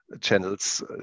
channels